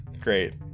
great